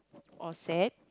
or sad